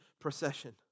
procession